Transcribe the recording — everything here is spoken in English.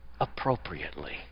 appropriately